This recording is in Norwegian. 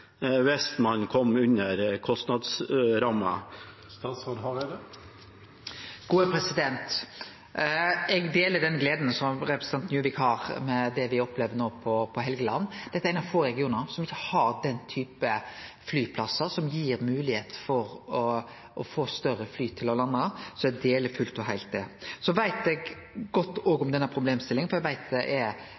Eg deler den gleda representanten Juvik har over det me har opplevd no på Helgeland. Dette er ein av få regionar som ikkje har den type flyplassar som gir moglegheit for å få større fly til å lande, så eg deler fullt og heilt det. Eg veit òg godt om denne problemstillinga, for eg veit det er